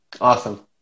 Awesome